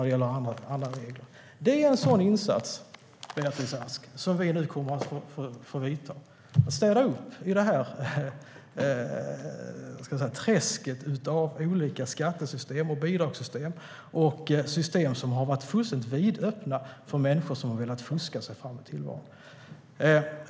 Det är en sådan insats, Beatrice Ask, som vi nu kommer att få göra, städa upp i träsket av olika skatte och bidragssystem. Det är system som varit fullständigt vidöppna för människor som velat fuska sig fram i tillvaron.